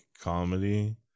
comedy